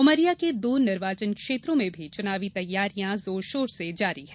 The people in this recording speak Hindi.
उमरिया के दो निर्वाचन क्षेत्रों में भी चुनावी तैयारियां जोरशोर से जारी है